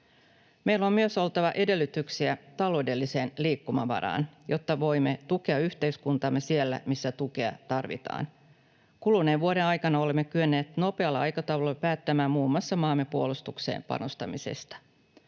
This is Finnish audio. Meillä on oltava myös edellytyksiä taloudelliseen liikkumavaraan, jotta voimme tukea yhteiskuntaamme siellä, missä tukea tarvitaan. Kuluneen vuoden aikana olemme kyenneet nopealla aikataululla päättämään muun muassa maamme puolustukseen panostamisesta.